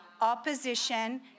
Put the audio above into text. Opposition